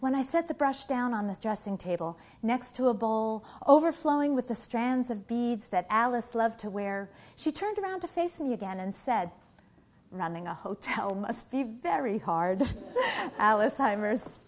when i set the brush down on the dressing table next to a bowl overflowing with the strands of beads that alice loved to wear she turned around to face me again and said running a hotel must be very hard ali